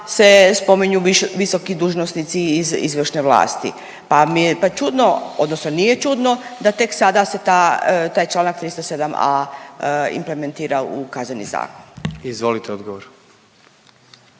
se spominju visoki dužnosnici iz izvršne vlasti, pa mi je, pa je čudno odnosno nije čudno da tek sada se ta, taj Članak 307a. implementira u Kazneni zakon. **Jandroković,